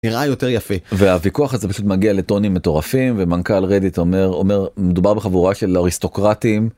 נראה יותר יפה והוויכוח הזה פשוט מגיע לטונים מטורפים ומנכ״ל רדיט אומר מדובר בחבורה של אריסטוקרטים.